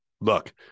Look